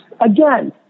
Again